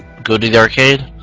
go to the arcade.